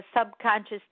subconscious